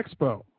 Expo